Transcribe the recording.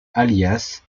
alias